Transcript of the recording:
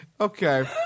Okay